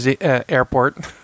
Airport